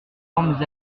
ormes